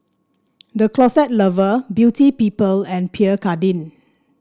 The Closet Lover Beauty People and Pierre Cardin